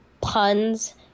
puns